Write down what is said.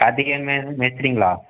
கார்த்திகேயன் மே மேஸ்திரிங்களா